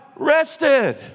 rested